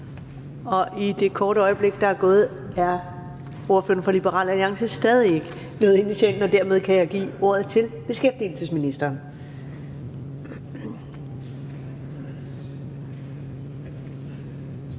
og i det korte øjeblik, der gået, er ordføreren fra Liberal Alliance stadig ikke nået ind i salen, og dermed kan jeg give ordet til beskæftigelsesministeren.